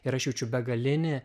ir aš jaučiu begalinį